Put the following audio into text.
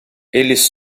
eles